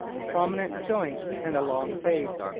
prominent joints and a long face.